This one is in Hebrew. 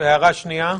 ההערה השנייה?